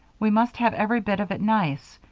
we must have every bit of it nice.